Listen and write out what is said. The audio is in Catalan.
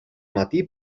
matí